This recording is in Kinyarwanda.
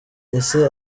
ese